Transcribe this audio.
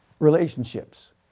relationships